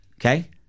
okay